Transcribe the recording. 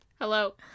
Hello